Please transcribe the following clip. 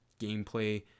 gameplay